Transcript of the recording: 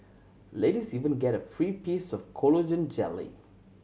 ladies even get a free piece of collagen jelly